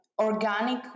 organic